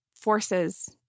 forces